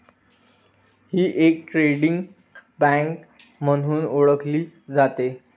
ही एक trading bank म्हणून ओळखली जाते